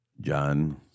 John